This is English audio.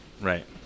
right